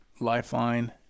Lifeline